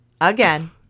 again